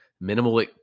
minimal